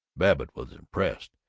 babbitt was impressed,